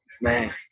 man